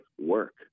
work